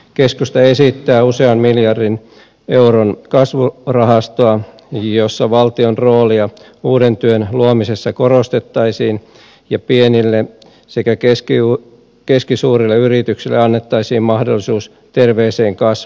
keskusta esittää usean miljardin euron kasvurahastoa jossa valtion roolia uuden työn luomisessa korostettaisiin ja pienille sekä keskisuurille yrityksille annettaisiin mahdollisuus terveeseen kasvuun